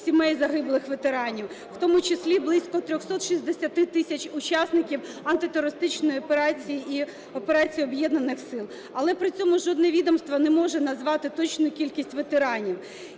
сімей загиблих ветеранів, в тому числі близько 360 тисяч учасників антитерористичної операції і операції Об'єднаних сил. Але, при цьому, жодне відомство не може назвати точну кількість ветеранів.